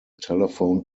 telephone